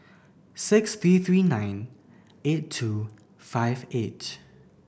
six three three nine eight two five eight